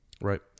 Right